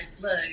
look